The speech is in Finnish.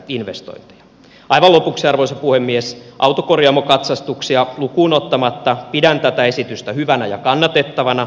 aivan lopuksi arvoisa puhemies autokorjaamokatsastuksia lukuun ottamatta pidän tätä esitystä hyvänä ja kannatettavana